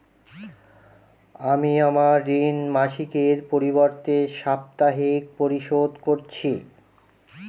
আমি আমার ঋণ মাসিকের পরিবর্তে সাপ্তাহিক পরিশোধ করছি